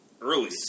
Early